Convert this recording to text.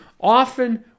often